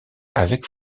avec